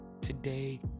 Today